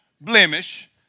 blemish